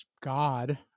God